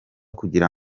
kugira